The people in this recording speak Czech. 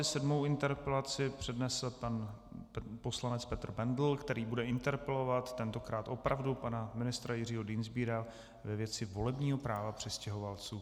Sedmou interpelaci přednese pan poslanec Petr Bendl, který bude interpelovat tentokrát opravdu pana ministra Jiřího Dienstbiera ve věci volebního práva přistěhovalců.